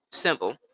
simple